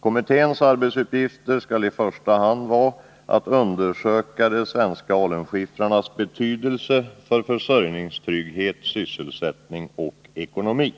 Kommitténs arbetsuppgifter skall i första hand vara att undersöka de svenska alunskiffrarnas betydelse för försörjningstrygghet, sysselsättning och ekonomi.